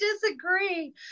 disagree